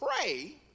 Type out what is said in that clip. pray